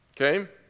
Okay